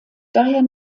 daher